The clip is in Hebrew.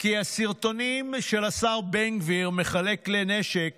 כי הסרטונים של השר בן גביר מחלק כלי נשק